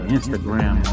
Instagram